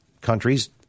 countries